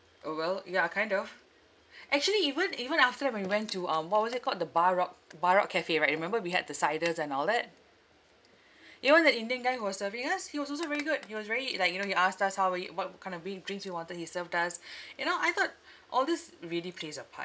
orh well ya kind of actually even even after that when we went to um what was it called the bar rock bar rock cafe right remember we had the ciders and all that even the indian guy who was serving us he was also very good he was very like you know he asked us how are you what kind of di~ drinks we wanted he served us you know I thought all this really plays a part